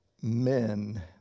men